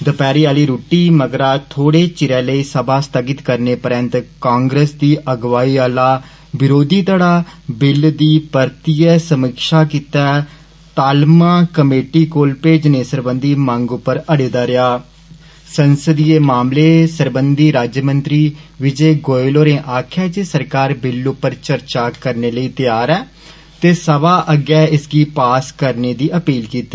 दपैहरी आली रुट्टी मगरा थोड़े चिर लेई सभा स्थगित करने परैन्त कांग्रेस दी अगुवाई आला विरोधी धड़ा बिल दी परतियै समीक्षा गितै तालका कमेटी कीता भेजने सरबंधी मंग उप्पर अड़े दे रेहा सरबंधी राज्यमंत्री विजय गोयल होरें आक्खेआ जे सरकार बिल उप्पर चर्चा करने लेई तैयार ऐ ते सभा अग्गै इसगी पास करने दी अपील कीती